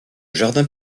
jardin